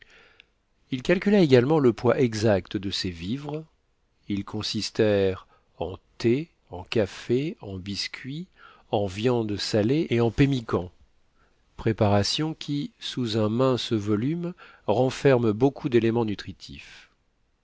il calcula également le poids exact de ses vivres ils consistèrent en thé en café en biscuits en viande salée et en pemmican préparation qui sous un mince volume renferme beaucoup d'éléments nutritifs